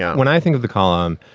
yeah when i think of the column,